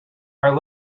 are